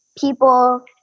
people